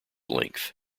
length